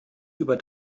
über